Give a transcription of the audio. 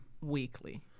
weekly